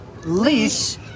leash